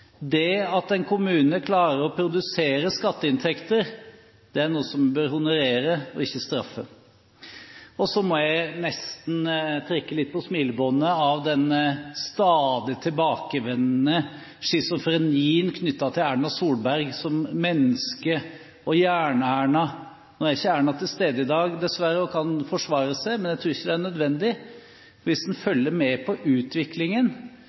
Det at en kommune klarer å produsere skatteinntekter, er noe en bør honorere, ikke straffe. Så må jeg nesten trekke litt på smilebåndet av den stadig tilbakevendende schizofrenien knyttet til Erna Solberg som menneske og Jern-Erna. Nå er ikke Erna til stede i dag, dessverre, og kan forsvare seg, men jeg tror ikke det er nødvendig, for hvis en følger med på utviklingen,